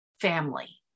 family